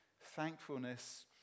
thankfulness